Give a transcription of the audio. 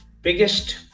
biggest